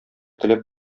теләп